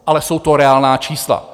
Ale jsou to reálná čísla.